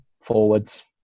forwards